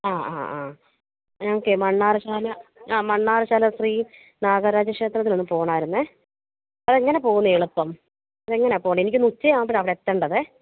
ആ ആ ആ ഞങ്ങൾക്കേ മണ്ണാർശാല ആ മണ്ണാർശാല ശ്രീ നാഗരാജ ക്ഷേത്രത്തിലൊന്നു പോകണമായിരുന്നേ അതെങ്ങനെ പോവുന്നതാണ് എളുപ്പം അതെങ്ങനെയാണ് പോകണെ എനിക്കിന്ന് ഉച്ച ആകുമ്പോഴാണ് അവിടെ എത്തേണ്ടത്